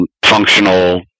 functional